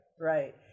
Right